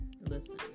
Listen